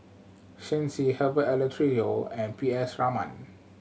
Shen Xi Herbert Eleuterio and P S Raman